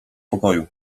pokoju